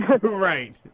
Right